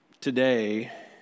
today